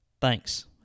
Thanks